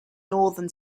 northern